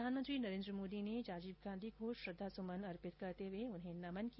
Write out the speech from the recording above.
प्रधानमंत्री नरेन्द्र मोदी ने राजीव गांधी को श्रद्वा सुमन अर्पित करते हुए उन्हें नमन किया